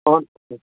तु